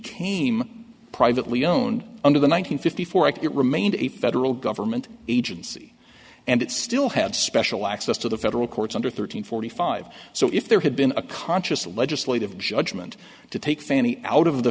came privately owned under the one nine hundred fifty four act it remained a federal government agency and it still had special access to the federal courts under thirteen forty five so if there had been a conscious legislative judgment to take fanny out of the